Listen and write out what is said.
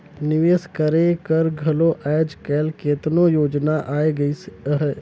निवेस करे कर घलो आएज काएल केतनो योजना आए गइस अहे